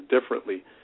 differently